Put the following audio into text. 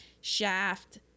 Shaft